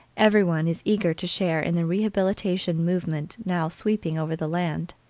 every one is eager to share in the rehabilitation movement now sweeping over the land.